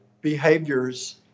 behaviors